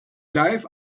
live